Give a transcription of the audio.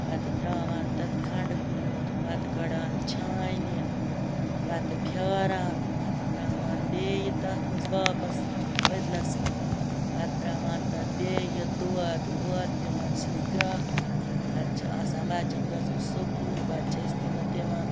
پَتہٕ تراوان تَتھ کھَنٛڈٕ پیوٗنٛت پَتہٕ کَڑان چھانہٕ پَتہٕ پھیاران پَتہٕ تراوان بیٚیہِ تَتھ مَنٛز واپَس پٔتلَس مَنٛز پَتہٕ تراوان تَتھ بیٚیہِ دۄد وۄد دِوان چھِس گرٛیکھ پَتہٕ چھُ آسان بَچَن گَژھُن سکوٗل پَتہٕ چھِ أسۍ تِمَن دِوان